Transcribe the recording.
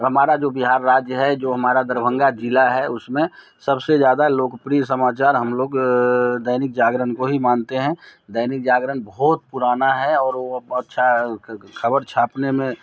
हमारा जो बिहार राज्य है जो हमारा दरभंगा ज़िला है उसमें सबसे ज़्यादा लोकप्रिय समाचार हम लोग दैनिक जागरण को ही मानते हैं दैनिक जागरण बहुत पुराना है और वह व अच्छा ख़बर छापने में